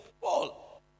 Paul